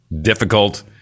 difficult